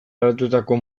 garatuetako